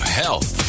health